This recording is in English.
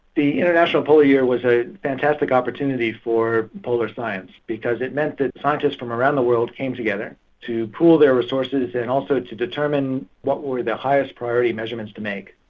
the international polar year was a fantastic opportunity for polar science, because it meant that scientists from around the world came together to pool their resources and also to determine what were the highest priority measurements to make,